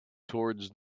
towards